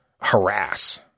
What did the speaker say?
Harass